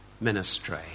ministry